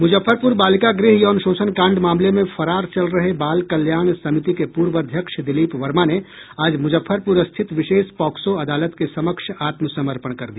मुजफ्फरपुर बालिका गृह यौन शोषण कांड मामले में फरार चल रहे बाल कल्याण समिति के पूर्व अध्यक्ष दिलीप वर्मा ने आज मूजफ्फरपूर स्थित विशेष पोक्सो अदालत के समक्ष आत्मसमर्पण कर दिया